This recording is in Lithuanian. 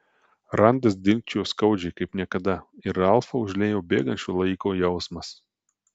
randas dilgčiojo skaudžiai kaip niekada ir ralfą užliejo bėgančio laiko jausmas